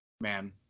Man